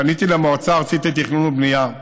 פניתי למועצה הארצית לתכנון ובנייה,